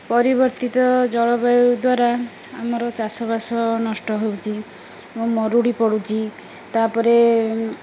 ପରିବର୍ତ୍ତିତ ଜଳବାୟୁ ଦ୍ୱାରା ଆମର ଚାଷବାସ ନଷ୍ଟ ହଉଛି ଏବଂ ମରୁଡ଼ି ପଡ଼ୁଛି ତା'ପରେ